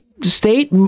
State